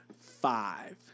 five